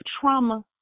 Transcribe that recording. trauma